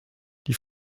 die